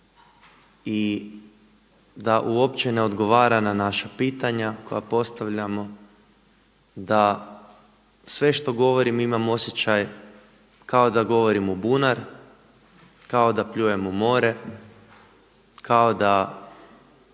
i da uopće ne odgovara na naša pitanja koja postavljamo, da sve što govorim imam osjećaj kao da govorim u bunar, kao da pljujem u more, kao da